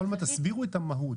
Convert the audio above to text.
תסבירו את המהות.